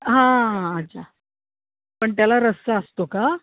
हां अच्छा पण त्याला रस्सा असतो का